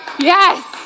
Yes